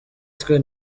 twe